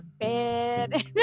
bed